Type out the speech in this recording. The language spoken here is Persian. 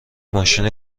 ماشین